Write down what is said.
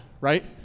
right